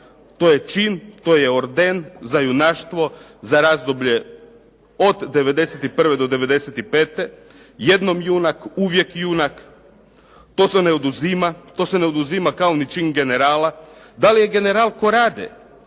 To je čin, to je orden za junaštvo za razdoblje od 91. do 95. jednom junak uvijek junak, to se ne oduzima kao ni čin generala. Da li je general Korade